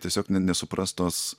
tiesiog ne nesupras tos